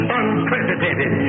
unprecedented